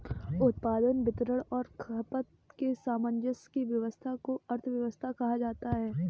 उत्पादन, वितरण और खपत के सामंजस्य की व्यस्वस्था को अर्थव्यवस्था कहा जाता है